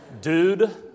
Dude